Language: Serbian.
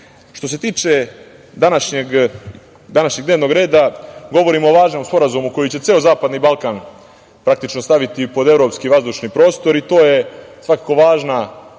se tiče današnjeg dnevnog reda, govorimo o važnom sporazumu koji će ceo zapadni Balkan staviti praktično pod evropski vazdušni prostor. To je svakako važan